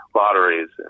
lotteries